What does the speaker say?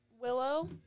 Willow